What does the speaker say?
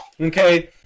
Okay